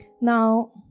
Now